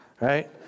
right